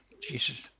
Jesus